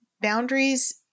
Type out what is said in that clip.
boundaries